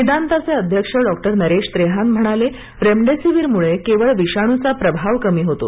मेदांताचे अध्यक्ष डॉक्टर नरेश त्रेहान म्हणाले रेमडेसीवीरमुळे केवळ विषाणूचा प्रभाव कमी होतो